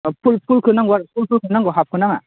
फुल फुलखो नांगौ हाफखौ नाङा